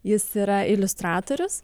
jis yra iliustratorius